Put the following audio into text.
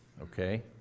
okay